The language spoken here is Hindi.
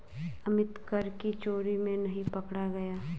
अमित कर की चोरी में नहीं पकड़ा गया